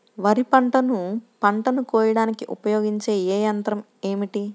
వరిపంటను పంటను కోయడానికి ఉపయోగించే ఏ యంత్రం ఏమిటి?